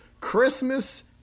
Christmas